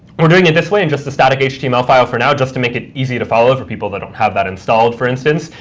we're doing it this way in just a static html file for now just to make it easy to follow for people that don't have that installed, for instance.